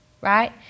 right